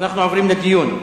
אנחנו עוברים לדיון.